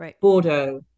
Bordeaux